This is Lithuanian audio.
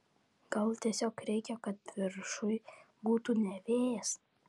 gal tiesiog reikia kad viršuj būtų ne vėjas